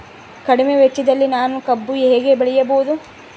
ಕಡಿಮೆ ವೆಚ್ಚದಲ್ಲಿ ನಾನು ಕಬ್ಬು ಹೇಗೆ ಬೆಳೆಯಬಹುದು?